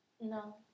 No